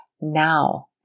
now